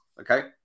Okay